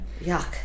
Yuck